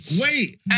Wait